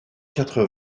quatre